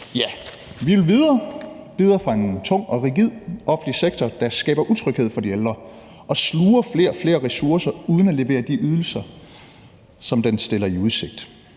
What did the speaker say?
nu. Vi vil videre, videre fra en tung og rigid offentlig sektor, der skaber utryghed for de ældre og sluger flere og flere ressourcer uden at levere de ydelser, som den stiller i udsigt